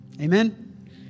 Amen